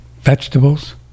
Vegetables